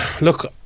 look